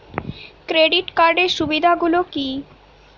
Credit কার্ডের সুবিধা গুলো কি?